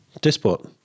Disport